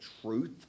truth